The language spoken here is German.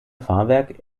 fahrwerk